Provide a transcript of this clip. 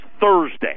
Thursday